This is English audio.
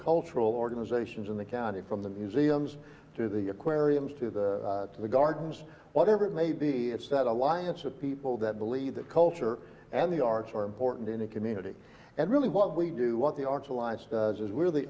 cultural organizations in the county from the museums to the aquariums to the to the gardens whatever it may be it's that alliance of people that believe that culture and the arts are important in a community and really what we do want the